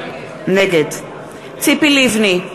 נגד ציפי לבני,